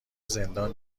زندان